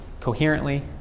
coherently